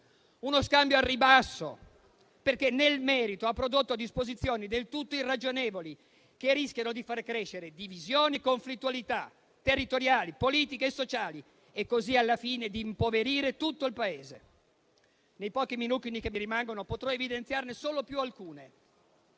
uno scambio al ribasso, perché, nel merito, ha prodotto disposizioni del tutto irragionevoli, che rischiano di far crescere divisioni e conflittualità territoriali, politiche e sociali e così, alla fine, di impoverire tutto il Paese. Nei pochi minuti che mi rimangono potrò evidenziarne solo alcune.